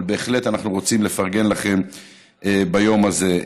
אבל בהחלט אנחנו רוצים לפרגן לכם ביום הזה.